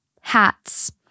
hats